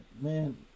Man